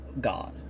God